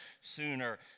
sooner